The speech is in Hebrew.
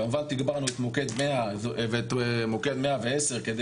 כמובן תגברנו את מוקד 100 ומוקד 110 כדי